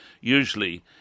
usually